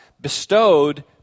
bestowed